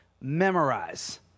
memorize